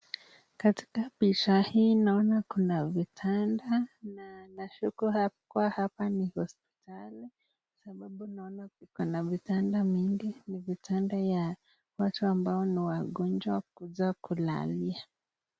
Katika picha hii naona kuna vitanda nashuku kuwa hapa ni hosipitali kwasababu naona kuko na vitanda mingi ni vitanda ya watu ambao ni wagonjwa wanakuja kulalia.